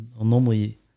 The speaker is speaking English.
normally